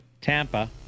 tampa